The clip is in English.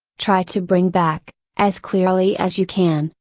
try to bring back, as clearly as you can,